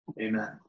Amen